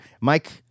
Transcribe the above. Mike